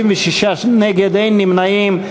56 נגד, אין נמנעים.